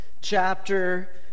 chapter